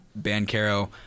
Bancaro